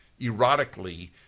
erotically